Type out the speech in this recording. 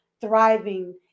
thriving